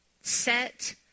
set